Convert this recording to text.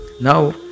Now